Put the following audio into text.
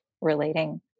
relating